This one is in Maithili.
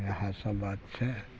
इएह सब बात छै